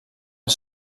els